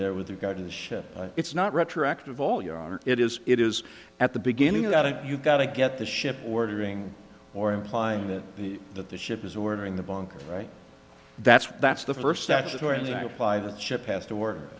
there with regard to the ship it's not retroactive all your honor it is it is at the beginning of that you've got to get the ship ordering or implying that the that the ship is ordering the bunkers right that's that's the first